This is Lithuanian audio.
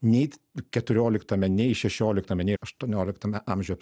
nei keturioliktame nei šešioliktame nei aštuonioliktame amžiuje